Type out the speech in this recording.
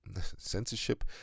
Censorship